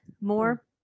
more